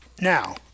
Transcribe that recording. Now